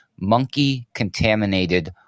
monkey-contaminated